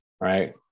right